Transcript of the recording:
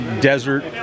desert